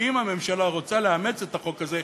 שאם הממשלה רוצה לאמץ את החוק הזה,